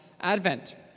Advent